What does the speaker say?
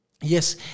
Yes